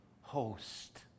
host